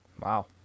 Wow